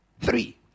Three